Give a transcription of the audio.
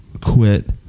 quit